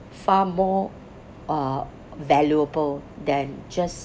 far more (uh)valuable than just